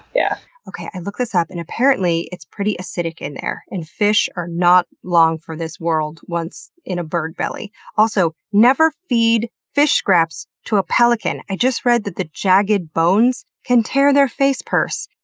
yeah okay, i looked this up, and apparently it's pretty acidic in there. and fish are not long for this world once in a bird belly. also, never feed fish scraps to a pelican. i just read that the jagged bones can tear their face purse.